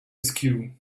askew